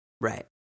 Right